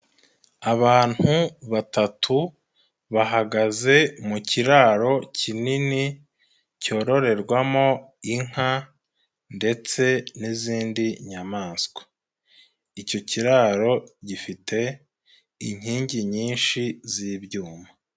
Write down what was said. Abantu batatu bahagaze mu kiraro kinini cyororerwamo inka ndetse n'izindi nyamaswa, icyo kiraro gifite inkingi nyinshi z'ibyuma.